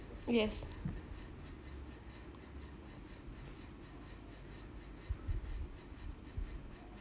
yes